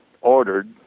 ordered